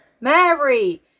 Mary